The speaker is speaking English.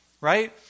Right